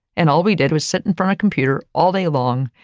and all we did was sit in from a computer all day long,